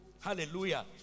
Hallelujah